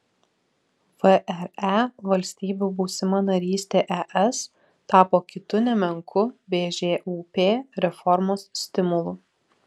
vre valstybių būsima narystė es tapo kitu nemenku bžūp reformos stimulu